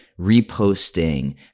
reposting